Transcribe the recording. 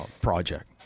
project